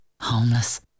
Homeless